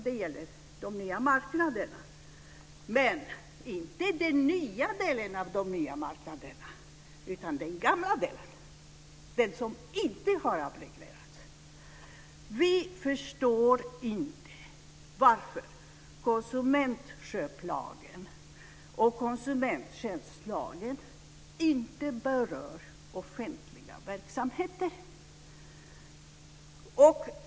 Den gäller de nya marknaderna, men inte den nya delen av de nya marknaderna, utan den gamla delen, den som inte har avreglerats. Vi förstår inte varför konsumentköplagen och konsumenttjänstlagen inte berör offentliga verksamheter.